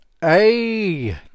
Hey